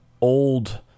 old